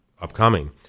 upcoming